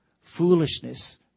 Foolishness